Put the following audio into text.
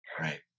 Right